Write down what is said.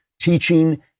teaching